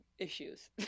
issues